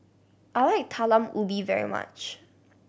I like Talam Ubi very much